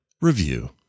review